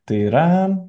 tai yra